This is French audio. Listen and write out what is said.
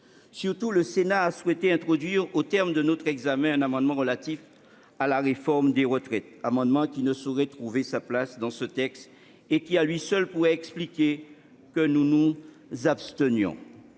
Surtout, le Sénat a souhaité introduire au terme de notre examen un amendement relatif à la réforme des retraites, amendement qui ne saurait trouver sa place dans ce texte et qui, à lui seul, pourrait expliquer que nous nous abstenions